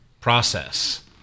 process